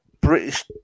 British